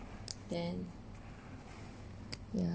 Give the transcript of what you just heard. then ya